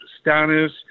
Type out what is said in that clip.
status